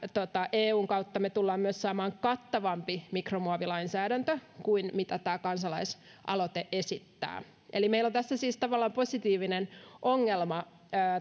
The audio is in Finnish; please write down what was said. eun kautta me tulemme myös saamaan kattavamman mikromuovilainsäädännön kuin mitä tämä kansalaisaloite esittää eli meillä on tässä siis tavallaan positiivinen ongelma